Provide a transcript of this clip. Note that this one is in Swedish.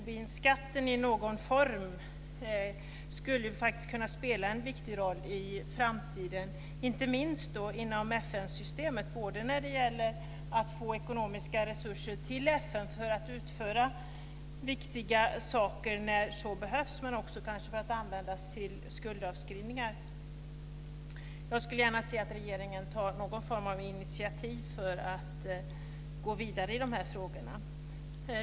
Tobinskatten i någon form skulle kunna spela en viktig roll i framtiden - inte minst inom FN-systemet både när det gäller att få ekonomiska resurser till FN för att utföra viktiga saker när så behövs och för att användas till skuldavskrivningar. Jag skulle gärna se att regeringen tar någon form av initiativ för att gå vidare i de här frågorna.